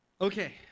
Okay